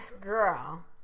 Girl